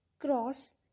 Cross